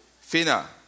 Fina